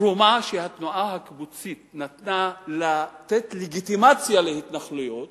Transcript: שהתרומה שהתנועה הקיבוצית נתנה במתן לגיטימציה להתנחלויות